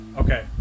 Okay